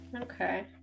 Okay